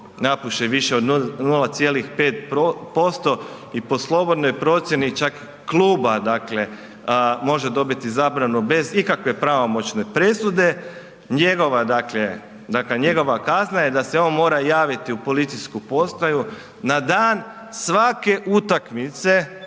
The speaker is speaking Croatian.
napuše više od 0,5% i po slobodnoj procjeni čak kluba, može dobiti zabranu bez ikakve pravomoćne presude, njegova dakle, dakle njegova kazna je da se on mora javiti u policijsku postaju na dan svake utakmice